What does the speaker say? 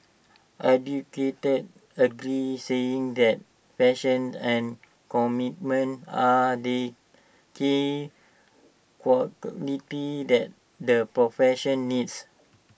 educators agreed saying that passion and commitment are the key qualities that the profession needs